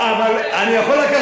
עוד מעט,